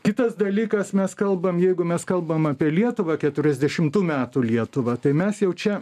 kitas dalykas mes kalbam jeigu mes kalbam apie lietuvą keturiasdešimtų metų lietuvą tai mes jau čia